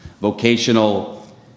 vocational